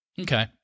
Okay